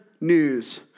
news